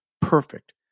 perfect